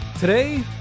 Today